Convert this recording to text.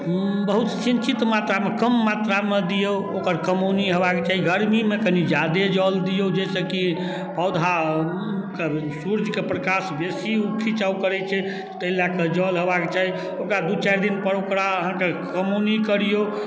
बहुत सिँचित मात्रामे बहुत कम मात्रामे दिऔ ओकर कमौनी हेबाक चाही गरमीमे कनि ज्यादे जल दिऔ जाहिसँ कि पौधाके सूर्यके प्रकाश बेसी खिचाव करै छै ताहि लऽ कऽ जल हेबाके चाही ओकरा दुइ चारि दिनपर ओकरा अहाँके कमौनी करिऔ